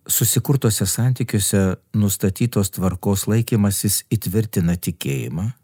susikurtuose santykiuose nustatytos tvarkos laikymasis įtvirtina tikėjimą